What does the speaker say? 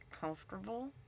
comfortable